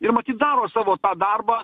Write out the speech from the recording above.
ir matyt daro savo darbą